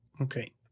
okay